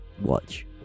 watch